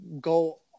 go